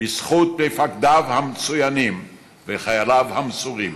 בזכות מפקדיו המצוינים וחייליו המסורים.